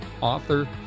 author